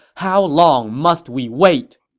how long must we wait!